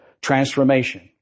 transformation